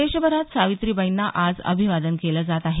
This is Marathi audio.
देशभरात सावित्रीबाईंना आज अभिवादन केलं जात आहे